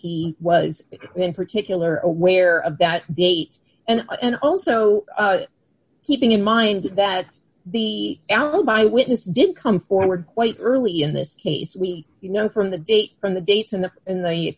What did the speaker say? he was in particular aware of that date and then also keeping in mind that the alibi witness did come forward quite early in this case we you know from the date from the dates and when the